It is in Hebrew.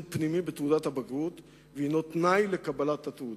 פנימי בתעודת הבגרות ותנאי לקבלת התעודה.